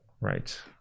right